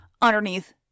underneath